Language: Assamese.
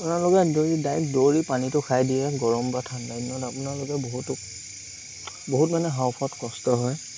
আপোনালোকে দৌৰি ডাইৰেক্ট দৌৰি পানীটো খাই দিয়ে গৰম বা ঠাণ্ডা দিনত আপোনালোকে বহুতো বহুত মানে হাওঁফাওঁত কষ্ট হয়